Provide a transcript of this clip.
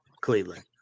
Cleveland